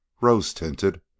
rose-tinted